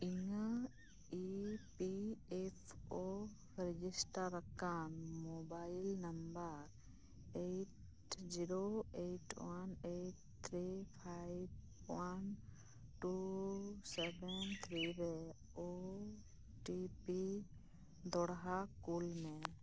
ᱤᱧᱟᱹᱜ E P F O register ᱟᱠᱟᱱ mobile number eight zero eight one eight three five one two seven three ᱨᱮ O T P ᱫᱚᱲᱦᱟ ᱠᱳᱞ ᱢᱮ